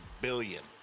billion